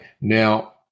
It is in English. Now